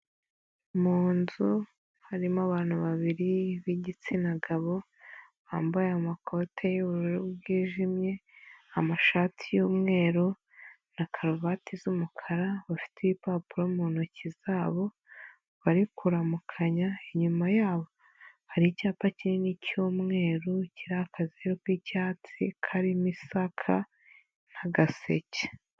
Mu nzu harimo abantu babiri b'igitsina gabo bambaye amakoti yubururu bwijimye amashati y'mweru na karuvati z'umukara bafite ibipapuro mu ntoki zabo bari kuramukanya inyuma yabo hari icyapa kinini cy'umweru kiriho akazeru k'icyatsi karimo isaka n'agaseke.